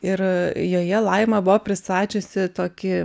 ir joje laima buvo pristačiusi tokį